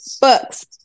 books